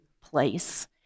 place